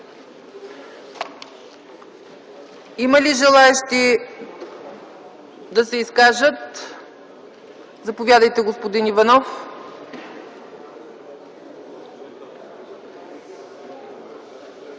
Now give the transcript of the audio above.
Има ли желаещи да се изкажат? Заповядайте, господин Иванов.